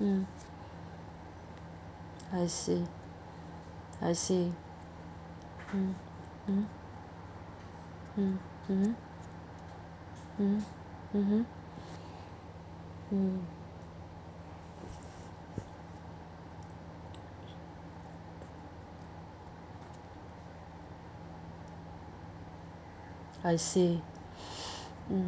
mm I see I see mm mm mm mmhmm mmhmm mmhmm mm I see mm